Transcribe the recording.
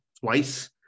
twice